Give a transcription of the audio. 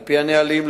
על-פי הנהלים,